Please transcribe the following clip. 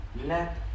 let